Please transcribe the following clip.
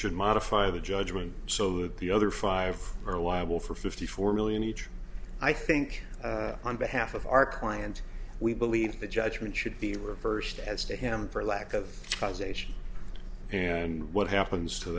should modify the judgment so that the other five are liable for fifty four million each i think on behalf of our client we believe the judgment should be reversed as to him for lack of causation and what